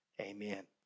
amen